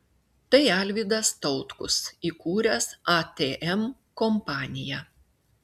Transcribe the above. tai alvidas tautkus įkūręs atm kompaniją